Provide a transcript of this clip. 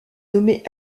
nommé